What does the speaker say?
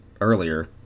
earlier